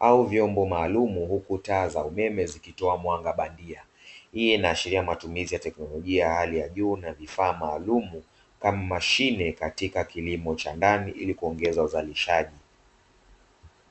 au vyombo maalumu huku taa za umeme zikitoa mwanga bandia. Hii inaashiria matumizi ya teknolojia ya hali ya juu na vifaa maalumu kama mashine katika kilimo cha ndani ili kuongeza uzalishaji.